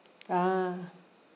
ah